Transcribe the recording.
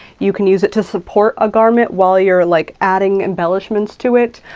you can use it to support a garment while you're like adding embellishments to it.